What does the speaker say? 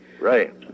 Right